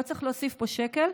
לא צריך להוסיף פה שקל.